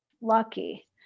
lucky